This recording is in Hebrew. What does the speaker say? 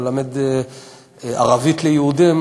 ללמד ערבית ליהודים,